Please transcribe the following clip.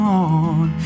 on